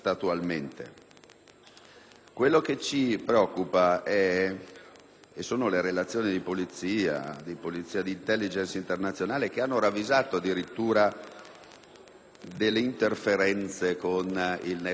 Quello che ci preoccupa sono le relazioni di polizia e di *intelligence* internazionale, che hanno ravvisato addirittura delle interferenze con il *network* jihadista